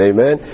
Amen